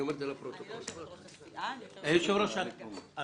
אני לא יושבת-ראש הסיעה, אני יושבת-ראש המפלגה.